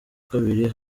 kabiri